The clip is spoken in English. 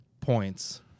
points